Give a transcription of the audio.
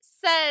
says